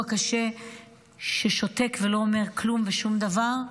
כשראיתי חייל פצוע קשה ששותק ולא אומר כלום ושום דבר,